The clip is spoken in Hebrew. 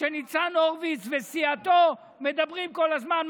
שניצן הורוביץ וסיעתו מדברים עליהן כל הזמן?